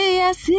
yes